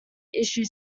issue